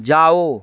जाओ